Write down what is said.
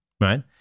right